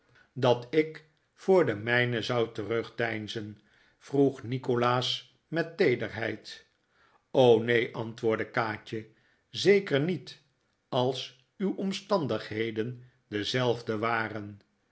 dat ik voor de mijne zou terugdeinzen vroeg nikolaas met teederheid neen antwoordde kaatje zeker niet als uw omstandigheden dezelfde waren